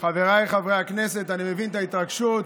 חבריי חברי הכנסת, אני מבין את ההתרגשות.